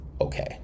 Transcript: Okay